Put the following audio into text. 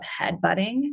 headbutting